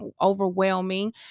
overwhelming